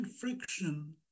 friction